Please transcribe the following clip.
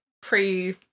pre